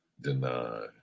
deny